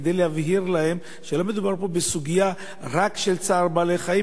כדי להבהיר להם שלא מדובר פה רק בסוגיה של צער בעלי-חיים